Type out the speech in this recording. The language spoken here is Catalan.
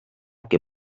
que